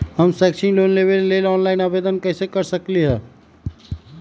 हम शैक्षिक लोन लेबे लेल ऑनलाइन आवेदन कैसे कर सकली ह?